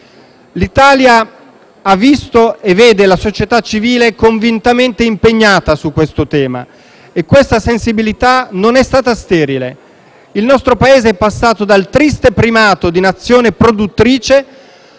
L'Italia ha visto e vede la società civile convintamente impegnata su questo tema, e questa sensibilità non è stata sterile: il nostro Paese è passato dal triste primato di Nazione produttrice